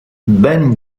ban